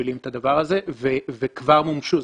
מובילים את הדבר הזה וכבר מומשו.